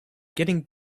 getting